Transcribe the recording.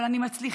אבל אני מצליחה.